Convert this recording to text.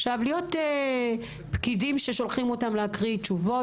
עכשיו להיות פקידים ששולחים אותם להקריא תשובות,